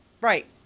right